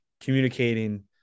communicating